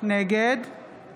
נגד